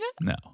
No